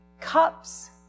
Cups